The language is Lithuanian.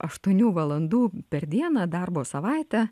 aštuonių valandų per dieną darbo savaitę